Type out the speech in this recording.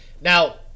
Now